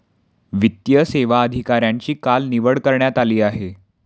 वित्तीय सेवा अधिकाऱ्यांची काल निवड करण्यात आली आहे